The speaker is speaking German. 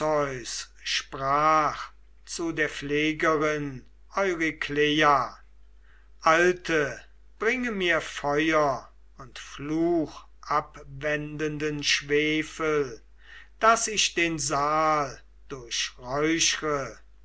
sprach zu der pflegerin eurykleia alte bringe mir feuer und fluchabwendenden schwefel daß ich den saal